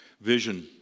vision